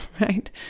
right